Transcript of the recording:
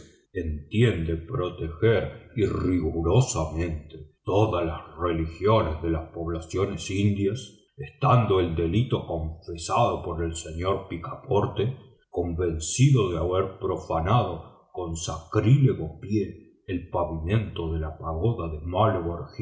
entiende proteger igual y rigurosamente todas las religiones de las poblaciones indias estando el delito confesado por el señor picaporte convencido de haber profanado con sacrílego pie el paviento de la pagoda de